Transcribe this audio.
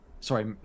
sorry